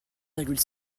virgule